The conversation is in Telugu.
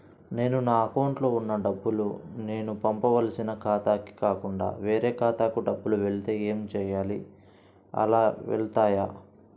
నేను నా అకౌంట్లో వున్న డబ్బులు నేను పంపవలసిన ఖాతాకి కాకుండా వేరే ఖాతాకు డబ్బులు వెళ్తే ఏంచేయాలి? అలా వెళ్తాయా?